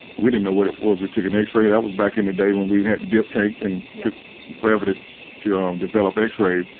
we didn't know what it was. we took an x-ray. that was back in the day when we had to dip tanks and took forever to to um develop x rays.